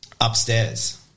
Upstairs